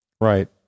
Right